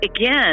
again